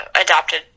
adopted